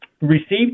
received